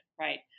right